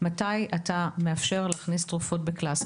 מתי אתה מאפשר להכניס תרופות ב-class.